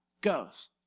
goes